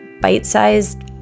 bite-sized